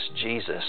Jesus